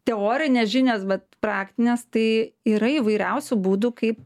teorinės žinios bet praktinės tai yra įvairiausių būdų kaip